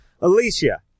Alicia